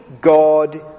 God